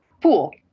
pool